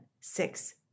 six